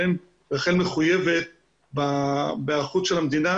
רח"ל מחויבת בהיערכות המדינה,